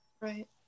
Right